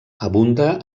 abunda